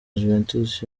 juventus